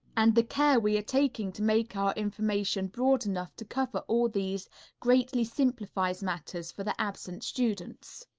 and the care we are taking to make our information broad enough to cover all these greatly simplifies matters for the absent students.